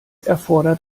erfordert